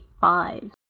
five